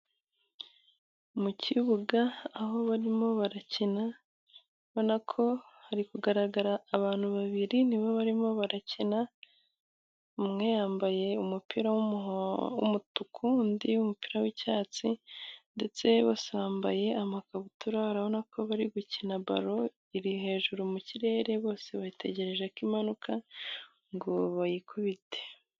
Mu kibuga aho bari gukina, ubonako hari kugaragara abantu babiri nabo bari gukina kina, umwe yambaye umupira w'umutuku undi umupira w'icyatsi ndetse banambaye amakabutura ubona ko bari gukina baro iri hejuru mu kirere bose bategereje ko imanuka ngo bayikubite.